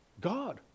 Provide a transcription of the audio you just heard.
God